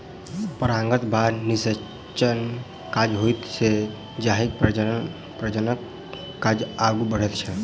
परागणक बाद निषेचनक काज होइत छैक जाहिसँ प्रजननक काज आगू बढ़ैत छै